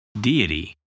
deity